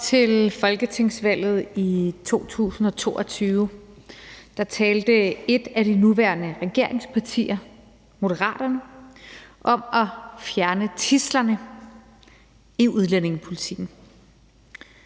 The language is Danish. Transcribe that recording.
til folketingsvalget i 2022 talte et af de nuværende regeringspartier, Moderaterne, om at fjerne tidslerne i udlændingepolitikken.